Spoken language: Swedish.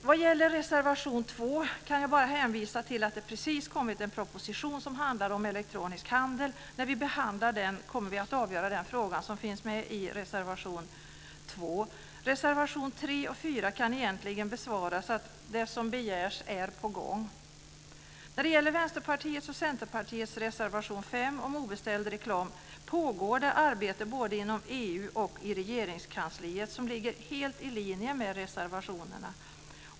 Vad gäller reservation 2 kan jag bara hänvisa till att det precis kommit en proposition som handlar om elektronisk handel. När vi behandlar den kommer vi att avgöra frågan. Reservationerna 3 och 4 kan egentligen besvaras med att det som begärs är på gång. När det gäller Vänsterpartiets och Centerpartiets reservation 5 om obeställd reklam pågår det arbete både inom EU och i Regeringskansliet. Det arbetet ligger helt i linje med reservationerna.